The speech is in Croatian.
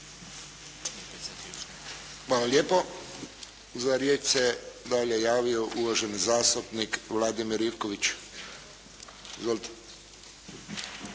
Hvala lijepo. Za riječ se dalje javio uvaženi zastupnik Vladimir Ivković. Izvolite.